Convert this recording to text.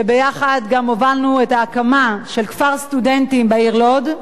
שיחד גם הובלנו את ההקמה של כפר סטודנטים בעיר לוד.